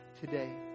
today